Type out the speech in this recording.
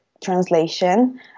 translation